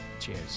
Cheers